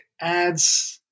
adds